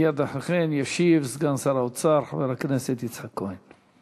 מייד אחרי כן ישיב סגן שר האוצר חבר הכנסת יצחק כהן.